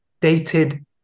dated